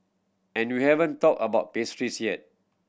and we haven't talked about pastries yet